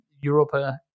Europa